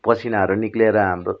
पसिनाहरू निक्लेर हाम्रो